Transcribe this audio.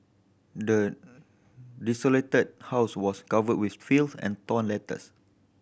the desolated house was covered with filth and torn letters